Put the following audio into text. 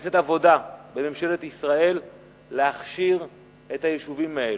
שנעשית עבודה בממשלת ישראל להכשיר את היישובים האלה,